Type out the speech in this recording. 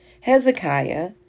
Hezekiah